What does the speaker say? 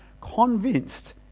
convinced